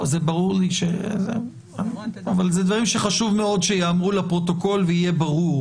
זה ברור לי אבל אלה דברים שחשוב מאוד שיאמרו לפרוטוקול ויהיה ברור.